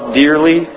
dearly